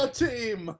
team